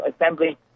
Assembly